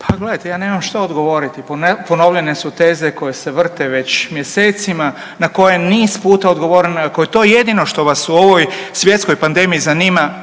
Pa gledajte, ja nemam šta odgovoriti. Ponovljene su teze koje se vrte već mjesecima na koje je niz puta odgovoreno i ako je to jedino što vas u ovoj svjetskoj pandemiji zanima